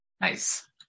nice